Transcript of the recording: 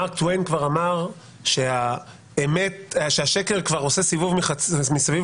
מארק טווין כבר אמר שהשקר עושה סיבוב מסביב